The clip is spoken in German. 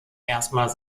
erstmals